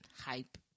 hype